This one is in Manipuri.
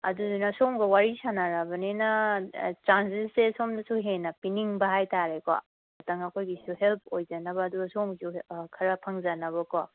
ꯑꯗꯨꯗꯨꯅ ꯁꯣꯝꯒ ꯋꯥꯔꯤ ꯁꯥꯟꯅꯔꯕꯅꯤꯅ ꯆꯥꯟꯖꯦꯁꯁꯦ ꯁꯣꯝꯗꯁꯨ ꯍꯦꯟꯅ ꯄꯤꯅꯤꯡꯕ ꯍꯥꯏꯇꯥꯔꯦꯀꯣ ꯈꯤꯇꯪ ꯑꯩꯈꯣꯏꯒꯤꯁꯨ ꯍꯦꯜꯄ ꯑꯣꯏꯖꯅꯕ ꯑꯗꯨꯒ ꯁꯣꯝꯒꯤꯁꯨ ꯈꯔ ꯐꯪꯖꯅꯕꯀꯣ